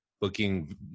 booking